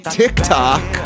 tiktok